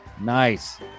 Nice